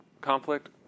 conflict